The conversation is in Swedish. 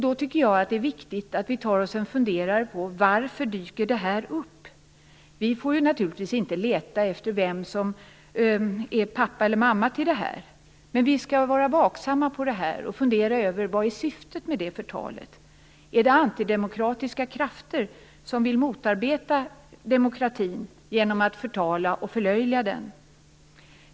Då är det viktigt att vi tar oss en funderare på varför detta dyker upp. Vi får naturligtvis inte leta efter vem som är pappa eller mamma till detta. Men vi skall vara vaksamma på det och fundera över vilket syftet är med förtalet. Är det antidemokratiska krafter som vill motarbeta demokratin genom att förtala och förlöjliga den?